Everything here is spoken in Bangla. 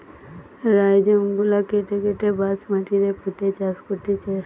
রাইজোম গুলা কেটে কেটে বাঁশ মাটিতে পুঁতে চাষ করতিছে